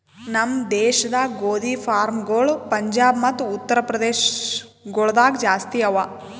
ನಮ್ ದೇಶದಾಗ್ ಗೋದಿ ಫಾರ್ಮ್ಗೊಳ್ ಪಂಜಾಬ್ ಮತ್ತ ಉತ್ತರ್ ಪ್ರದೇಶ ಗೊಳ್ದಾಗ್ ಜಾಸ್ತಿ ಅವಾ